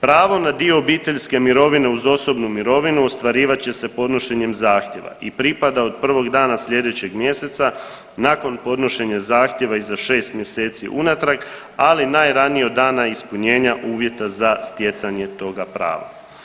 Pravo na dio obiteljske mirovine uz osobnu mirovinu ostvarivat će se podnošenjem zahtijeva i pripada od prvog dana sljedećeg mjeseca nakon podnošenja zahtijeva iza šest mjeseci unatrag, ali najranije od dana ispunjenja uvjeta za stjecanje toga prava.